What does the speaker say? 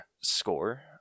score